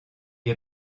est